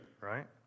right